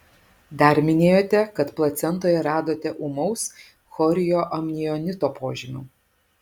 dar minėjote kad placentoje radote ūmaus chorioamnionito požymių